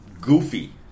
goofy